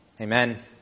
Amen